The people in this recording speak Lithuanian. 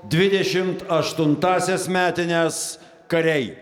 dvidešimt aštuntąsias metines kariai